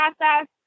process